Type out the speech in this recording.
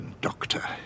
Doctor